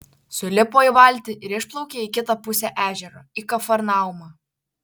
sulipo į valtį ir išplaukė į kitą pusę ežero į kafarnaumą